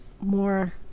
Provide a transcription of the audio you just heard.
more